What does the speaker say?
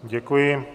Děkuji.